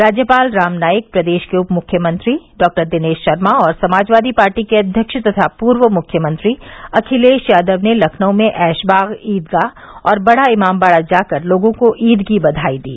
राज्यपाल राम नाईक प्रदेश के उप मुख्यमंत्री डॉक्टर दिनेश शर्मा और समाजवादी पार्टी के अध्यक्ष तथा पूर्व मुख्यमंत्री अखिलेश यादव ने लखनऊ में ऐशबाग ईदगाह और बड़ा इमामबाड़ा जाकर लोगों को ईद की बधाई दी